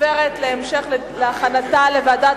עוברת להמשך הכנתה בוועדת